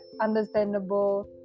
understandable